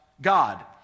God